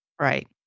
Right